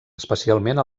especialment